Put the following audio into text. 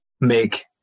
make